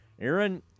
Aaron